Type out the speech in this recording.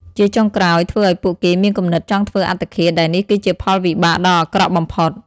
ជាចុងក្រោយធ្វើឲ្យពួកគេមានគំនិតចង់ធ្វើអត្តឃាតដែលនេះគឺជាផលវិបាកដ៏អាក្រក់បំផុត។